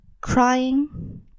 crying